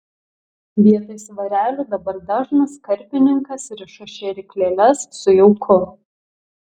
vietoj svarelių dabar dažnas karpininkas riša šėryklėles su jauku